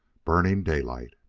burning daylight.